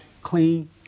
clean